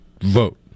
vote